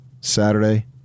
Saturday